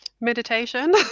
meditation